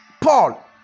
Paul